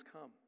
come